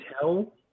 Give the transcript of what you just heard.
tell